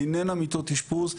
איננה מיטות אשפוז,